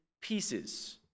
pieces